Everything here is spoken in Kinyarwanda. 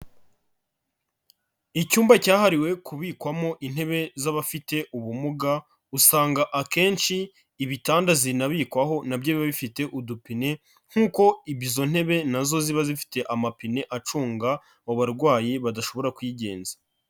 Icyumba cyahariwe kubikwamo intebe z'abafite ubumuga, usanga akenshi ibitanda zinabikwaho na byo biba bifite udupine nk'uko izo ntebe na zo ziba zifite amapine acunga abo barwayi badashobora kwigenza.